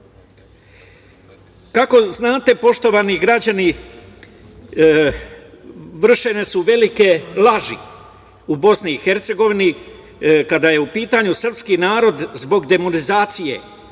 znate, poštovani građani, vršene su velike laži u BiH kada je u pitanju srpski narod zbog demonizacije.